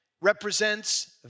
represents